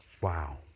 Wow